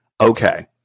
okay